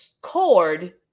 cord